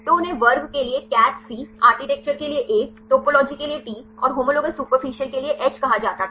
तो उन्हें वर्ग के लिए CATH C आर्किटेक्चर के लिए A टोपोलॉजी के लिए T और Homologous सुपरफिशियल के लिए H कहा जाता था